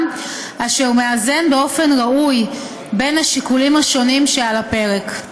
אשר מאזן באופן ראוי בין השיקולים שעל הפרק.